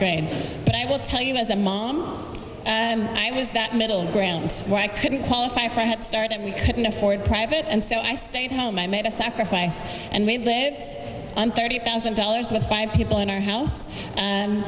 grade but i will tell you as a mom and i was that middle grounds why couldn't qualify for head start and we couldn't afford private and so i stayed home i made a sacrifice and made there it and thirty thousand dollars for the five people in our house